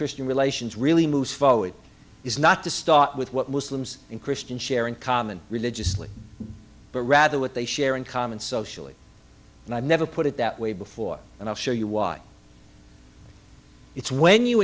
christian relations really moves forward is not to start with what was slim's in christian share in common religiously but rather what they share in common socially and i never put it that way before and i'll show you why it's when you